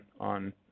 on